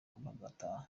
bagataha